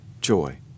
joy